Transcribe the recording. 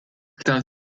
aktar